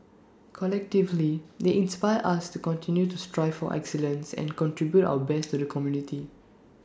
collectively they inspire us to continue to strive for excellence and contribute our best to the community